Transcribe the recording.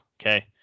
Okay